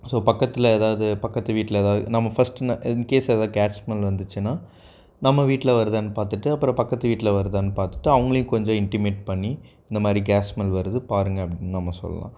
so பக்கத்தில் ஏதாவது பக்கத்து வீட்டில் எதாவுது நம்ம ஃபஸ்ட்டு ந இன்கேஸ் ஏதாவது கேஸ் ஸ்மெல் வந்துச்சுன்னால் நம்ம வீட்டில் வருதான்னு பார்த்துட்டு அப்புறம் பக்கத்து வீட்டில் வருதான்னு பார்த்துட்டு அவங்களையும் கொஞ்சம் இன்ட்டிமேட் பண்ணி இந்த மாதிரி கேஸ் ஸ்மெல் வருது பாருங்க அப்படின்னு நம்ம சொல்லலாம்